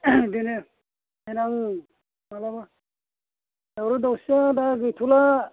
बिदिनो देनां मालाबा दावराव दावसिया दा गैथ'ला